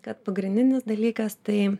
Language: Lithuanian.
kad pagrindinis dalykas tai